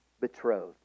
betrothed